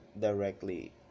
directly